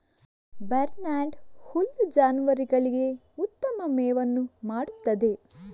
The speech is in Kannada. ಬಾರ್ನ್ಯಾರ್ಡ್ ಹುಲ್ಲು ಜಾನುವಾರುಗಳಿಗೆ ಉತ್ತಮ ಮೇವನ್ನು ಮಾಡುತ್ತದೆ